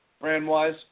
brand-wise